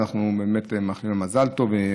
ואנחנו באמת מאחלים לה מזל טוב,